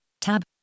Tab